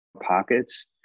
pockets